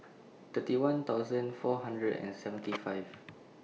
thirty one thousand four hundred and seventy five